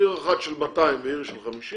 עיר אחת של 200 ועיר של 50,